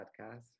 podcast